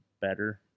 better